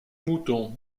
mouton